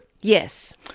Yes